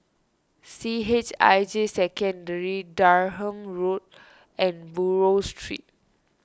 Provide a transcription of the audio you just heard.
C H I J Secondary Durham Road and Buroh Street